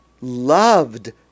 loved